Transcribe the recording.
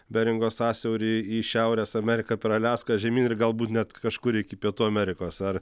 beringo sąsiaurį į šiaurės ameriką per aliaską žemyn ir galbūt net kažkur iki pietų amerikos ar